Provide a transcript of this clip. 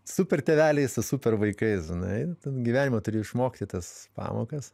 super tėveliai su super vaikais žinai gyvenime turi išmokti tas pamokas